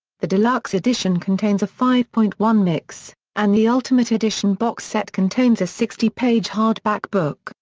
the deluxe edition contains a five point one mix, and the ultimate edition box set contains a sixty page hardback book,